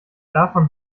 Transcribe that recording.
davon